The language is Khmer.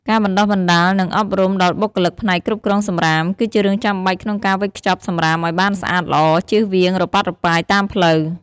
ការបណ្តុះបណ្តាល និងអប់រំដល់បុគ្គលិកផ្នែកគ្រប់គ្រងសំរាម គឺជារឿងចាំបាច់ក្នុងការវេចខ្ចប់សម្រាមឲ្យបានស្អាតល្អ ជៀសវាងរប៉ាត់រប៉ាយតាមផ្លូវ។